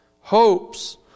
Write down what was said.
Hopes